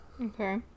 Okay